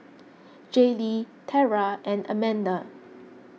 Jaylee Tera and Amanda